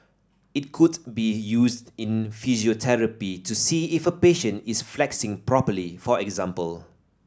it could be used in physiotherapy to see if a patient is flexing properly for example